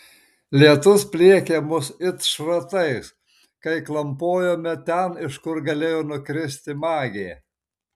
lietus pliekė mus it šratais kai klampojome ten iš kur galėjo nukristi magė